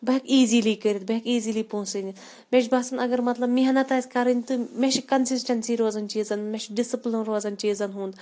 بہٕ ہٮ۪کہٕ ایٖزِلی کٔرِتھ بہٕ ہٮ۪کہٕ ایٖزِلی پونٛسہٕ أنِتھ مےٚ چھُ باسان اگر مطلب محنت آسہِ کَرٕنۍ تہٕ مےٚ چھِ کَنسِسٹَنسی روزان چیٖزَن مےٚ چھُ ڈِسٕپٕلٕن روزان چیٖزَن ہُنٛد